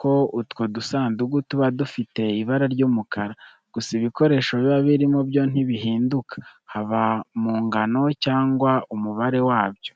ko utwo dusanduku tuba dufite ibara ry'umukara. Gusa ibikoresho biba birimo byo ntibinduka, haba mu ngano cyangwa umubare wabyo.